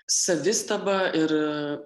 savistabą ir